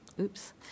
Oops